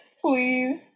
Please